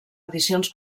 edicions